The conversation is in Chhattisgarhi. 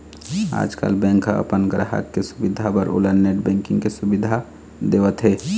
आजकाल बेंक ह अपन गराहक के सुबिधा बर ओला नेट बैंकिंग के सुबिधा देवत हे